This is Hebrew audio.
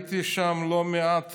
ראיתי שם לא מעט